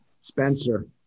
Spencer